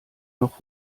noch